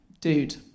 dude